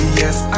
yes